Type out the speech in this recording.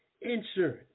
Insurance